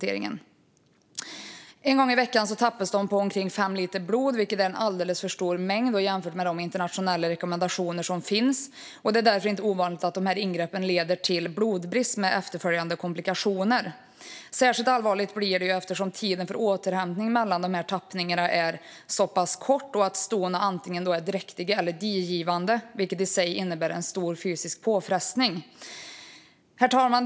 En gång i veckan tappas stona på omkring fem liter blod, vilket är en alldeles för stor mängd jämfört med de internationella rekommendationer som finns. Det är därför inte ovanligt att dessa ingrepp leder till blodbrist med efterföljande komplikationer. Särskilt allvarligt blir det eftersom tiden för återhämtning mellan dessa tappningar är så pass kort och att stona då antingen är dräktiga eller digivande, vilket i sig innebär en stor fysisk påfrestning. Herr talman!